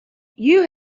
you